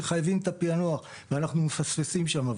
שחייבים את הפענוח ואנחנו מפספסים שם,